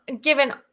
given